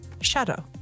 shadow